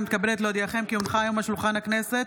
אני מתכבדת להודיעכם כי הונחה היום על שולחן הכנסת